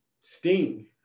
sting